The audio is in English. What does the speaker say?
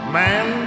man